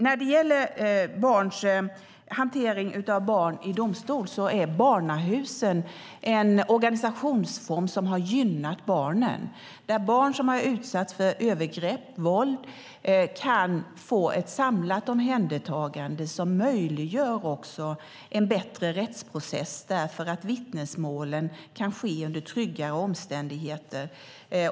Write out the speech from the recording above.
När det gäller hantering av barn i domstol är barnahusen en organisationsform som har gynnat barnen, där barn som har utsatts för övergrepp och våld kan få ett samlat omhändertagande som också möjliggör en bättre rättsprocess därför att vittnesmålen kan ske under tryggare omständigheter.